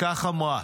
כך אמרה: